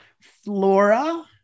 Flora